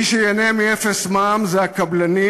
מי שייהנה מאפס מע"מ זה הקבלנים.